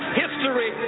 history